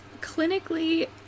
clinically